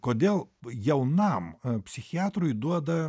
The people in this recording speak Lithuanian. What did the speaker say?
kodėl jaunam psichiatrui duoda